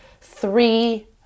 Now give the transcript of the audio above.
three